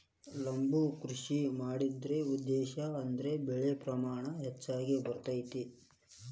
ಲಂಬ ಕೃಷಿ ಮಾಡುದ್ರ ಉದ್ದೇಶಾ ಅಂದ್ರ ಬೆಳೆ ಪ್ರಮಾಣ ಹೆಚ್ಗಿ ಬರ್ತೈತಿ